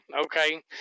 okay